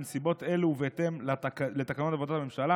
בנסיבות אלו ובהתאם לתקנון עבודת הממשלה,